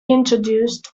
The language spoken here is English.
introduced